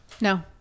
No